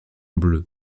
bleu